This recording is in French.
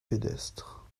pédestre